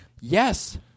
Yes